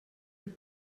wird